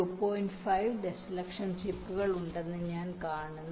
5 ദശലക്ഷം ചിപ്പുകൾ ഉണ്ടെന്ന് ഞാൻ കാണുന്നു